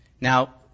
Now